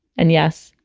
and yes,